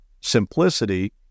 simplicity